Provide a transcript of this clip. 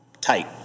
tight